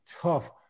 tough